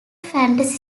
fantasy